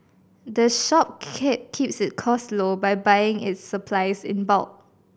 the shop key keeps its costs low by buying its supplies in bulk